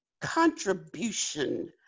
contribution